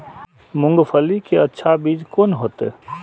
मूंगफली के अच्छा बीज कोन होते?